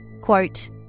Quote